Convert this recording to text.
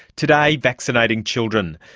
today, vaccinating children.